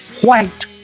White